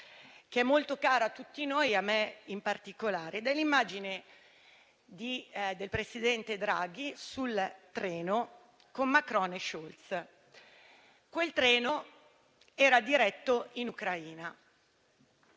che è molto cara a tutti noi e a me in particolare, del presidente Draghi in treno con Macron e Scholz. Quel treno era diretto in Ucraina.